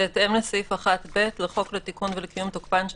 א.בהתאם לסעיף 1(ב) לחוק לתיקון ולקיום תוקפן של